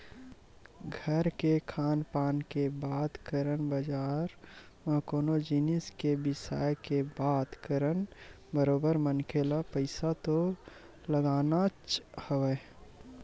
घर के खान पान के बात करन बजार म कोनो जिनिस के बिसाय के बात करन बरोबर मनखे ल पइसा तो लगानाच हवय